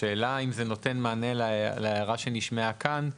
האם זה נותן מענה להערה שנשמעה כאן?